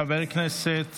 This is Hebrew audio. חבר הכנסת